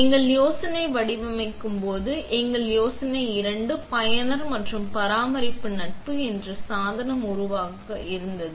எங்கள் யோசனை வடிவமைக்கும் போது எங்கள் யோசனை இரண்டு பயனர் மற்றும் பராமரிப்பு நட்பு என்று ஒரு சாதனம் உருவாக்க இருந்தது